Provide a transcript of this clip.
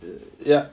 ya